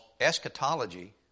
eschatology